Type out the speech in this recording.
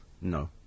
no